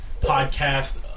podcast